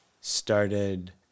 started